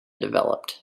developed